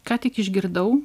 ką tik išgirdau